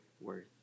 worth